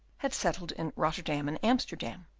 had settled in rotterdam and amsterdam,